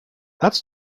that’s